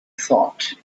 thought